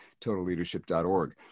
totalleadership.org